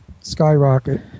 skyrocket